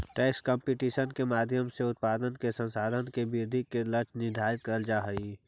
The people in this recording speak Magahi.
टैक्स कंपटीशन के माध्यम से उत्पादन के संसाधन के वृद्धि के लक्ष्य निर्धारित करल जा हई